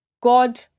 God